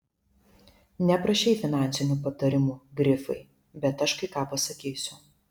neprašei finansinių patarimų grifai bet aš kai ką pasakysiu